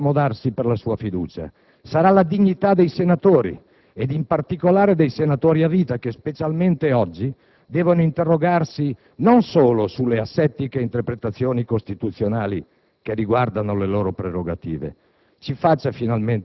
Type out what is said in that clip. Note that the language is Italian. Una sola cosa è certa: non sarà certamente Dio a scomodarsi per la sua fiducia; sarà la dignità dei senatori ed in particolare dei senatori a vita che, specialmente oggi, devono interrogarsi non solo sulle asettiche interpretazioni costituzionali